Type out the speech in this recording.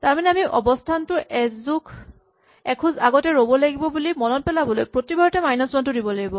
তাৰমানে আমি অৱস্হানটো এখোজ আগতে ৰ'ব বুলি মনত পেলাবলৈ প্ৰতিবাৰতে মাইনাচ ৱান টো দিব লাগিব